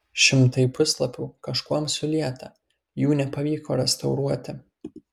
šimtai puslapių kažkuom sulieta jų nepavyko restauruoti